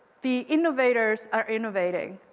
the innovators are innovating.